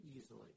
easily